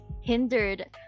hindered